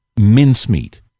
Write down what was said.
mincemeat